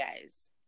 guys